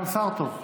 גם שר טוב.